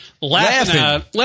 Laughing